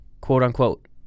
quote-unquote